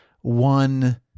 one